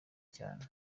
cyane